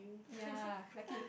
ya lucky